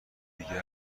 دیگه